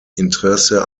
interesse